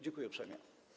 Dziękuję uprzejmie.